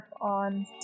on